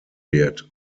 wird